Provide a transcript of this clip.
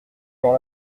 dans